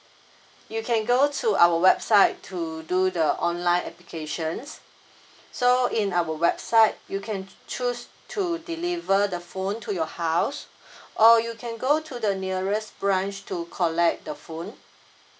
you can go to our website to do the online applications so in our website you can choose to deliver the phone to your house or you can go to the nearest branch to collect the phone